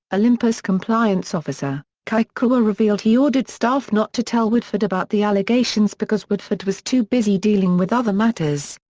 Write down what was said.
olympus' compliance officer, kikukawa revealed he ordered staff not to tell woodford about the allegations because woodford was too busy dealing with other matters.